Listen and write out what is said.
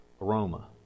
aroma